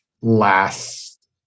last